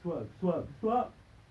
suap suap suap